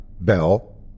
Bell